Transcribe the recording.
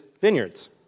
vineyards